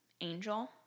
angel